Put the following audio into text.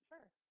Sure